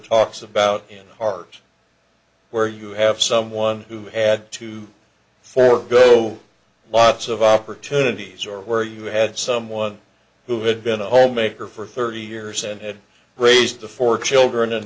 talks about in part where you have someone who had to for good so lots of opportunities or where you had someone who had been a homemaker for thirty years and had raised four children and